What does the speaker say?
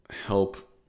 help